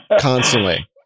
constantly